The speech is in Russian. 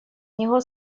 него